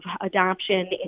adoption